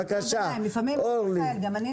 בבקשה אורלי.